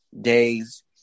days